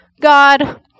God